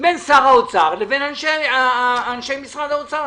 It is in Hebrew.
בין שר האוצר לבין אנשי משרד האוצר,